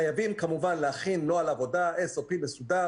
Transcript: חייבים כמובן להכין נוהל עבודה מסודר,